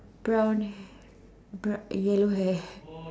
brown yellow hair